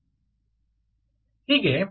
ವಿದ್ಯಾರ್ಥಿ ಹೌದು